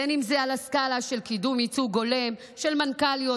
בין שזה על הסקלה של קידום ייצוג הולם של מנכ"ליות,